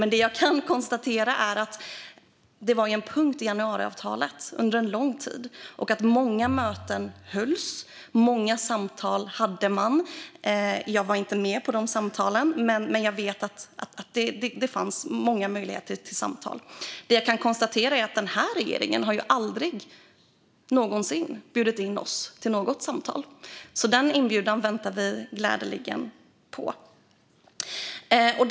Men det jag kan konstatera är att detta var en punkt i januariavtalet under lång tid och att många möten hölls. Man hade många samtal. Jag var inte med i dessa samtal, men jag vet att det fanns många möjligheter till samtal. Det jag också kan konstatera är att den här regeringen aldrig någonsin har bjudit in oss till något samtal, så den inbjudan väntar vi på och skulle gladeligen ta emot.